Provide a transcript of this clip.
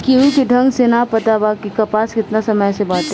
केहू के ढंग से ना पता बा कि कपास केतना समय से बाटे